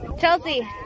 Chelsea